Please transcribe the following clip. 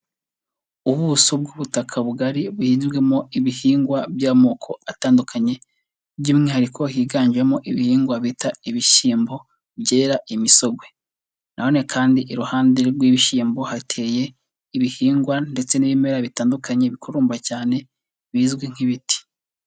Ubuso bw'ubutaka bugari buhinzwemo ibihingwa by'amoko atandukanye by'umwihariko higanjemo ibihingwa bita ibishyimbo byera imisogwe, na none kandi iruhande rw'ibishyimbo hateye ibihingwa ndetse n'ibimera bitandukanye bikurumba cyane bizwi nk'ibiti.